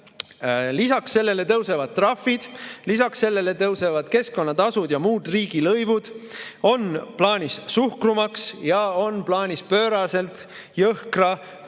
Lisaks sellele tõusevad trahvid. Lisaks sellele tõusevad keskkonnatasud ja muud riigilõivud. On plaanis suhkrumaks ja on plaanis pööraselt jõhkra arvega